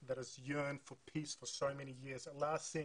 אסלאן שהם באים בשם הממשלה האירנית והאחים המוסלמיים שהם בעצם אומרים